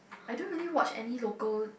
I don't really watch any local